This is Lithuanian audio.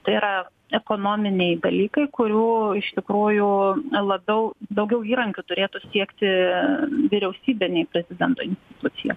tai yra ekonominiai dalykai kurių iš tikrųjų labiau daugiau įrankių turėtų siekti vyriausybė nei prezidento institucija